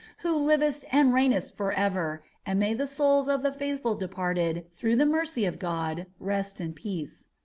who livest and reignest forever, and may the souls of the faithful departed through the mercy of god, rest in peace.